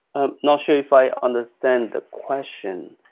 not sure, if i understand the question.